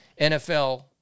NFL